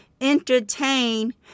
entertain